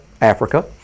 Africa